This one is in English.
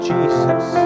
Jesus